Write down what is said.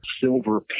silver